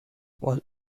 was